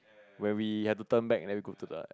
when we have to turn back then we go to the